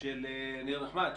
של ניר נחמד,